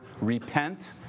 repent